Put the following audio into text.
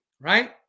right